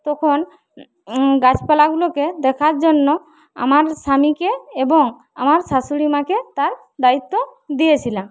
তখন গাছপালাগুলোকে দেখার জন্য আমার স্বামীকে এবং আমার শাশুড়ি মাকে তার দায়িত্ব দিয়েছিলাম